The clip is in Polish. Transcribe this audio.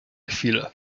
chwilę